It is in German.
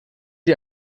dir